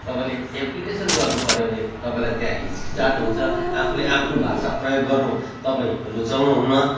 तपाईँले एप्लिकेसन गर्नुपऱ्यो भने तपाईँलाई त्यहाँ हिचकिचाहट हुन्छ आफूले आफ्नो भाषा प्रयोग गर्नु तपाईँ रुचाउनु हुन्न